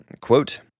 quote